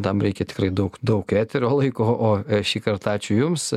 tam reikia tikrai daug daug eterio laiko o šįkart ačiū jums